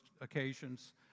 occasions